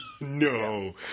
No